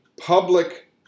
public